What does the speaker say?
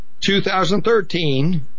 2013